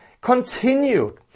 continued